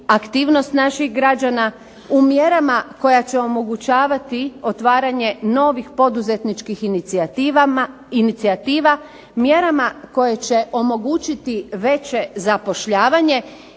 aktivnost naših građana, u mjerama koja će omogućavati otvaranje novih poduzetničkih inicijativa, mjerama koje će omogućiti veće zapošljavanje,